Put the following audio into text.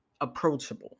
approachable